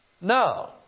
no